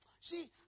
See